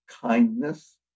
kindness